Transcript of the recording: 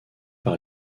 par